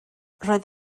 roedd